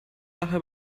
nachher